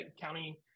county